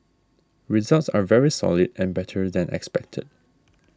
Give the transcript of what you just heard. results are very solid and better than expected